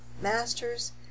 masters